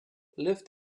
lived